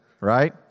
Right